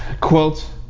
Quote